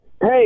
Hey